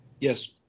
Yes